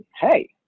hey